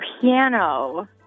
piano